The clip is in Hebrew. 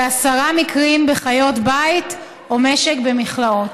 ועשרה מקרים בחיות בית או משק במכלאות.